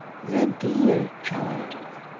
the dear child!